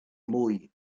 mwy